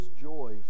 joy